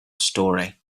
story